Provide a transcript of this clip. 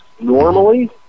Normally